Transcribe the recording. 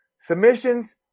submissions